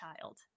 child